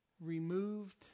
removed